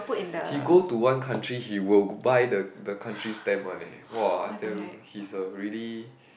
he go to one country he will g~ buy the the country stamp one leh !wah! I tell you he's a really